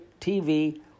TV